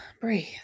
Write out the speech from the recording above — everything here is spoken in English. breathe